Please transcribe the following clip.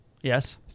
Yes